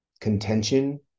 contention